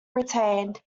retained